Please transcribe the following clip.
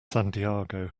santiago